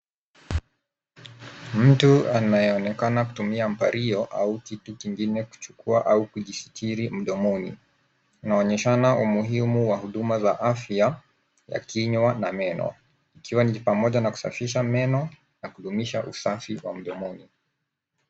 Mtu anayeonekana kutumia mbario au kitu kingine kuchukua au kujisitiri mdomoni. Inaonyeshana umuhimu wa huduma za afya ya kinywa na meno ikiwa ni pamoja na kusafisha meno na kudumisha usafi wa mdomoni.